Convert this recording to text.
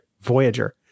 Voyager